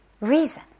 reason